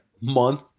month